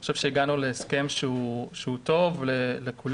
אני חושב שהגענו להסכם שהוא טוב לכולם.